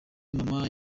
mama